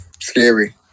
Scary